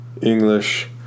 English